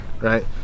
right